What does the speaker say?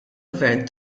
gvern